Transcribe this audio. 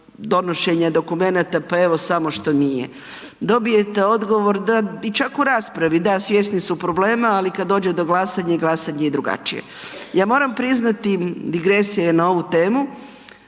donošenja dokumenata pa evo samo što nije. Dobijete odgovor, da i čak u raspravi da svjesni su problema, ali kad dođe do glasanja, glasanje je drugačije. Ja moram priznati digresija je na ovu temu,